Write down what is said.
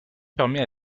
permet